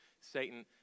Satan